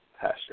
pasture